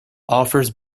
offers